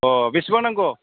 अ बेसेबां नांगौ